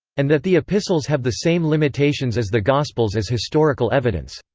and that the epistles have the same limitations as the gospels as historical evidence.